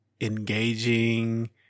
engaging